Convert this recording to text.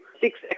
six